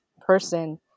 person